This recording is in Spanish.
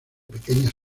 pequeñas